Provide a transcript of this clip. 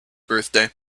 birthday